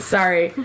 Sorry